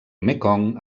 mekong